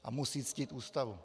A musí ctít Ústavu.